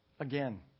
Again